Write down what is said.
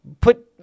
put